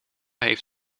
heeft